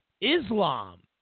Islam